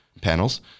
panels